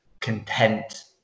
content